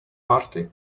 party